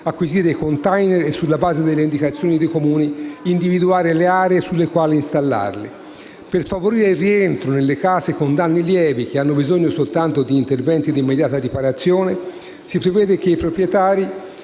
acquisire i *container* e, sulla base delle indicazioni dei Comuni, individuare le aree sulle quali installarli. Per favorire il rientro nelle case con danni lievi, che hanno bisogno soltanto di interventi di immediata riparazione, si prevede che i proprietari,